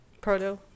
Proto